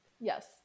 Yes